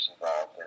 involved